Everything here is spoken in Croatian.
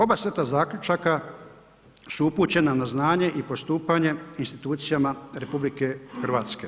Oba seta zaključaka su upućena na znanje i postupanje institucijama RH.